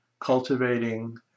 cultivating